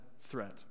threat